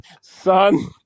son